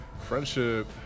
Friendship